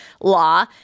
law